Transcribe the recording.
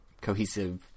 cohesive